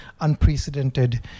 unprecedented